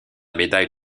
médaille